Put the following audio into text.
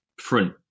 front